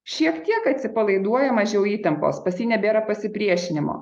šiek tiek atsipalaiduoja mažiau įtampos pas jį nebėra pasipriešinimo